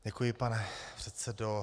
Děkuji, pane předsedo.